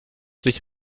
sich